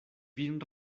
vin